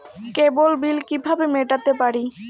কেবল bill কিভাবে মেটাতে পারি?